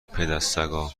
پدسگا